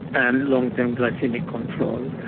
and long-term glycaemic control,